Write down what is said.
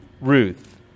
Ruth